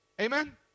Amen